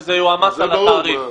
שזה יועמס על התעריף.